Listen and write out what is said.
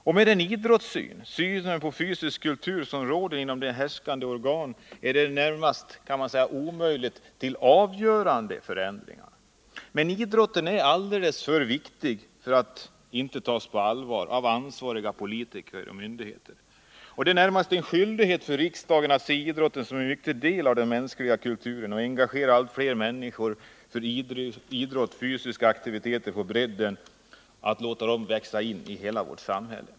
Med den idrottssyn — synen på fysisk kultur — som råder inom härskande organ är det närmast omöjligt att få till stånd avgörande förändringar. Men idrotten är alldeles för viktig för att inte tas på allvar av ansvariga politiker och myndigheter. Det är närmast en skyldighet för riksdagen att se idrotten som en mycket viktig del av den mänskliga kulturen, att engagera allt fler människor i idrott och fysiska aktiviteter och att låta idrotten på bredden växa in i hela vårt samhälle.